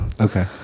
Okay